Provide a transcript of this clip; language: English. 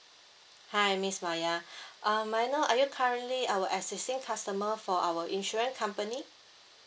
hi miss maya um may I know are you currently our existing customer for our insurance company